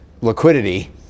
liquidity